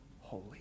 holy